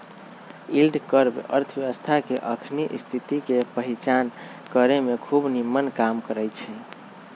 yield curve अर्थव्यवस्था के अखनी स्थिति के पहीचान करेमें खूब निम्मन काम करै छै